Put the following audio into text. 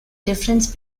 difference